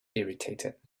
irritated